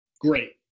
great